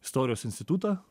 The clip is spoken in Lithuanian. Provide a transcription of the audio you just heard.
istorijos institutą